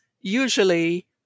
usually